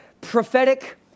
prophetic